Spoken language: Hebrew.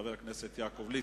חבר הכנסת יעקב ליצמן.